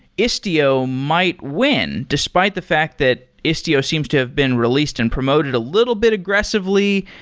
istio might win, despite the fact that istio seems to have been released and promoted a little bit aggressively.